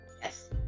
Yes